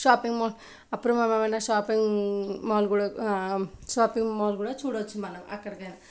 shopping mall అపూర్వమైన shopping mall కూడా shopping mall కూడా చూడవచ్చు మనం అక్కడ కానీ